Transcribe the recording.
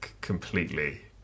completely